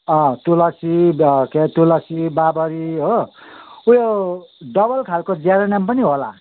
अँ तुलसी तुलसी बाबरी हो उयो डबल खालको जिरेनियम पनि होला